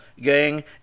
gang